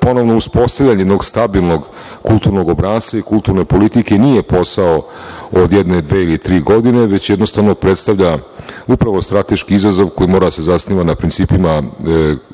ponovno uspostavljanje jednog stabilnog kulturnog obrasca i kulturne politike nije posao od jedne, dve ili tri godine već jednostavno predstavlja upravo strateški izazov koji mora da se zasniva na principima